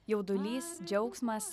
jaudulys džiaugsmas